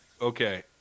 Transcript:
okay